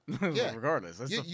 regardless